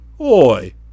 Oi